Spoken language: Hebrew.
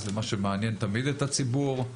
זה מה שמעניין תמיד את הציבור,